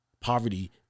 poverty